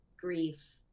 grief